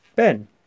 Ben